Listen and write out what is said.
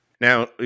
Now